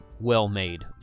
well-made